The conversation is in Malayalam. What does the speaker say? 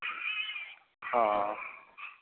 ആ